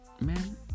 man